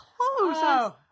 clothes